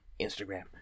Instagram